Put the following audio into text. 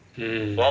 mm